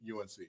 UNC